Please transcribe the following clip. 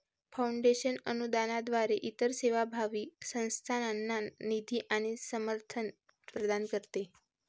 foundation अनुदानाद्वारे इतर सेवाभावी संस्थांना निधी आणि समर्थन प्रदान करते